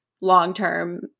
long-term